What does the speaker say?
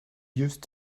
used